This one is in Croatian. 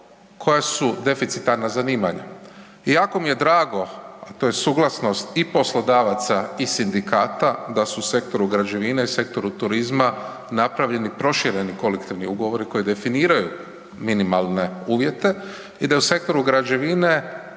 koja su deficitarna zanimanja. I jako mi je drago što je suglasnost i poslodavaca i sindikata da su u sektoru građevine i sektoru turizma napravili prošireni kolektivni ugovor koji definiraju minimalne uvjete i da je u sektoru građevine,